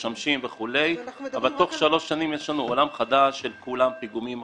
אבל תוך שלוש שנים יש לנו עולם חדש שכולם פיגומים חדשים.